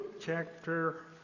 chapter